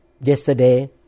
Yesterday